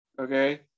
okay